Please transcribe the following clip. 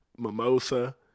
Mimosa